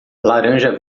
laranja